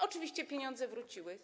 Oczywiście pieniądze wróciły.